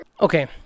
Okay